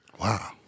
Wow